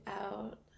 out